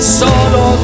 solo